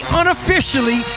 unofficially